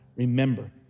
Remember